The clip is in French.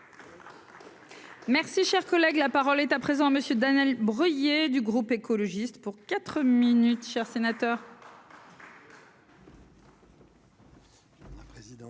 Merci, cher collègue, la parole est à présent monsieur Daniel Breuiller du groupe écologiste pour 4 minutes